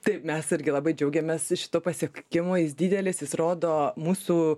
taip mes irgi labai džiaugiamės šituo pasiekimu jis didelis jis rodo mūsų